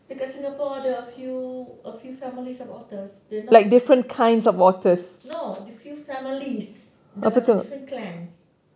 because singapore there are a few a few families of otters they're not no they're few families dia macam different clans